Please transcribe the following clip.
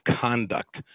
conduct